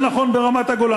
זה נכון ברמת-הגולן,